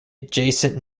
adjacent